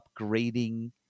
upgrading